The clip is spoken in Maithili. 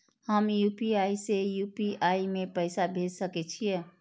हम यू.पी.आई से यू.पी.आई में पैसा भेज सके छिये?